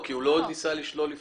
נאמר פה שלא היה תהליך פלילי.